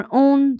own